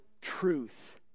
truth